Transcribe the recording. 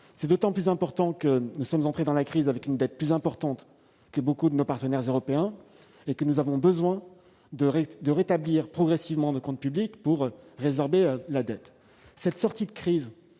C'est d'autant plus important que nous sommes entrés dans la crise avec une dette plus importante que nombre de nos partenaires européens. Nous avons donc besoin de rétablir progressivement nos comptes publics pour résorber la dette. Cette sortie de crise